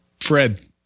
Fred